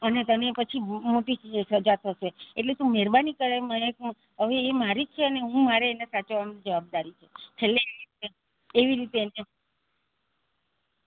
અને તને પછી બહુ મોટી સજા થશે એટલે તું મહેરબાની કરીને મહેકને હવે એ મારી જ છે અને હું મારે એને સાચવવાની જવાબદારી છે છેલ્લે એવી રીતે એને